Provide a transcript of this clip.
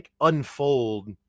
unfold